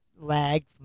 lag